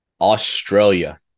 Australia